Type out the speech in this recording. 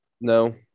No